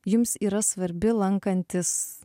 jums yra svarbi lankantis